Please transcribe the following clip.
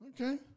Okay